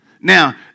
Now